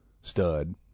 stud